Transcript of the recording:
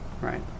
Right